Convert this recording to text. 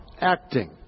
acting